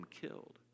killed